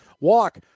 Walk